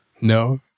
No